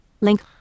Link